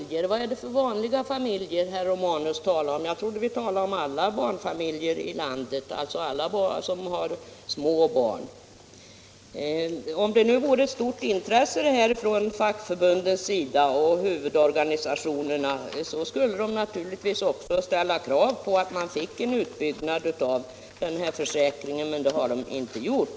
Nr 24 Vad är det för ”vanliga familjer” herr Romanus talar om? Jag trodde att vi talade om alla barnfamiljer i landet, dvs. alla som har små barn. Om det fanns ett stort intresse från fackförbundens och huvudorga= == nisationernas sida skulle de naturligtvis också ställa krav på en utbyggnad — Jämställdhetsfrågor av föräldraförsäkringen, men det har de inte gjort.